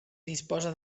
disposa